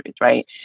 right